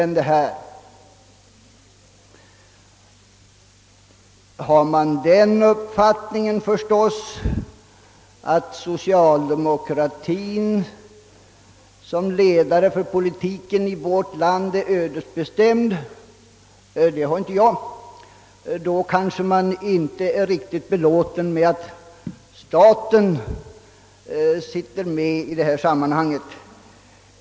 Men det är givet, att om man har den uppfattningen att socialdemokratien som ledare för politiken i vårt land är ödesbestämd — den uppfattningen har inte jag! — så är man kanske inte riktigt belåten med att staten är med och styr.